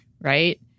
right